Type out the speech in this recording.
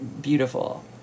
beautiful